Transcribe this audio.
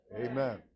Amen